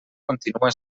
continua